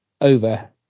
over